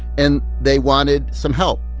and they wanted some help.